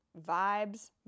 vibes